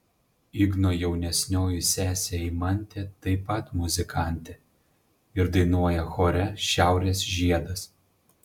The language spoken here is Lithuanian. igno jaunesnioji sesė eimantė taip pat muzikantė ir dainuoja chore šiaurės žiedas